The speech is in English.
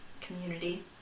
community